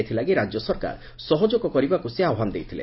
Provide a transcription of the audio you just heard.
ଏଥିଲାଗି ରାଜ୍ୟ ସରକାର ସହଯୋଗ କରିବାକୁ ସେ ଆହ୍ୱାନ ଦେଇଥିଲେ